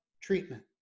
treatment